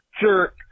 jerk